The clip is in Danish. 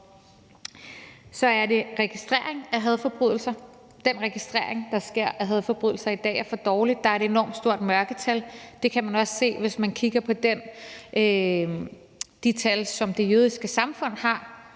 også om registrering af hadforbrydelser. Den registrering, der sker af hadforbrydelser i dag, er for dårlig. Der er et enormt stort mørketal. Det kan man også se, hvis man kigger på de tal, som det jødiske samfund har